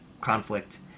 conflict